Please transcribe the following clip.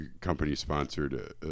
company-sponsored